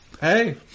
Hey